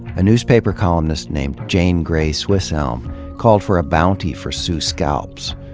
a newspaper columnist named jane grey swisshelm called for a bounty for sioux scalps.